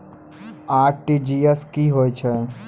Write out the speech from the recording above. RTGS की होय छै?